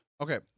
Okay